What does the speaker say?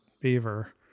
beaver